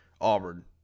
Auburn